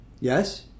Yes